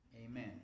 Amen